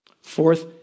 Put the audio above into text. Fourth